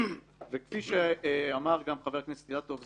וכפי שאמר גם חבר הכנסת אילטוב,